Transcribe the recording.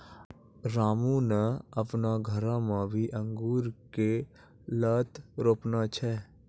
रामू नॅ आपनो घरो मॅ भी अंगूर के लोत रोपने छै